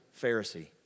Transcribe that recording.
Pharisee